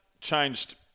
changed